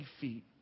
feet